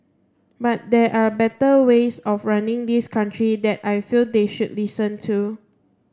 but there are better ways of running this country that I feel they should listen to